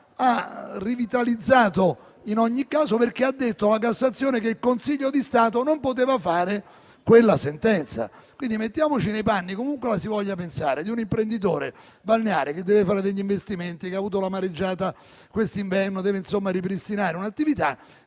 caso rivitalizzato tale proposta, affermando che il Consiglio di Stato non poteva fare quella sentenza. Mettiamoci nei panni, comunque la si voglia pensare, di un imprenditore balneare che deve fare degli investimenti, ha avuto una mareggiata quest'inverno e deve ripristinare un'attività;